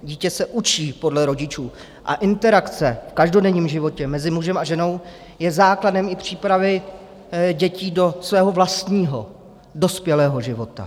Dítě se učí podle rodičů a interakce v každodenním životě mezi mužem a ženou je základem i přípravy dětí do svého vlastního dospělého života.